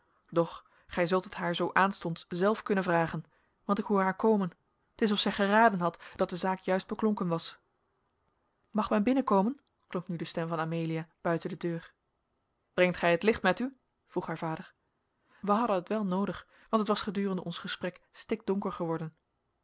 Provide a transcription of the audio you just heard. doch gij zult het haar zoo aanstonds zelf kunnen vragen want ik hoor haar komen t is of zij geraden had dat de zaak juist beklonken was mag men binnenkomen klonk nu de stem van amelia buiten de deur brengt gij het licht met u vroeg haar vader wij hadden het wel noodig want het was gedurende ons gesprek stikdonker geworden